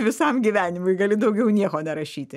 visam gyvenimui gali daugiau nieko nerašyti